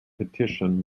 petition